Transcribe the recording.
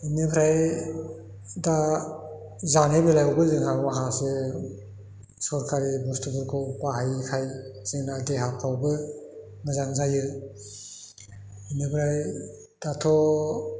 बेनिफ्राय दा जानाय लोंनायावबो जोंहा माखासे सरकारि बुस्थुफोरखौ बाहायिखाय जोंना देहाफ्रावबो मोजां जायो बेनिफ्राय दाथ'